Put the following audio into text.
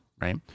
right